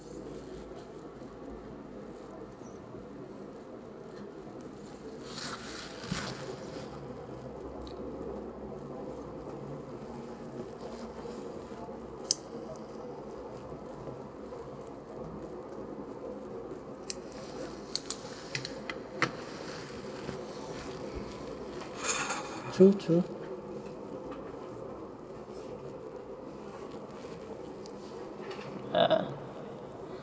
true true